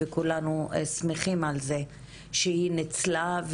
וכולנו שמחים על זה שהיא ניצלה,